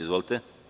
Izvolite.